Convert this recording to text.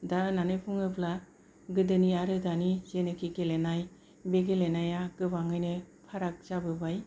दा होन्नानै बुङोब्ला गोदोनि आरो दानि जेनोखि गेलेनाय बे गेलेनाया गोबाङैनो फाराग जाबोबाय